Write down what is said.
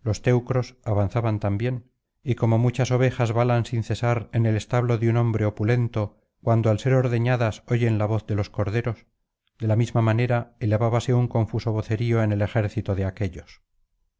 los teneros avanzaban también y como muchas ovejas balan sin cesar en el establo de un hombre opulento cuando al ser ordeñadas oyen la voz de los corderos de la misma manera elevábase un confuso vocerío en el ejército de aquéllos